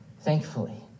thankfully